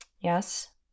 Yes